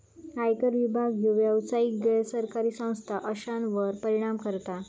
आयकर विभाग ह्यो व्यावसायिक, गैर सरकारी संस्था अश्यांवर परिणाम करता